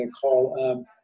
call